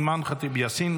אימאן ח'טיב יאסין,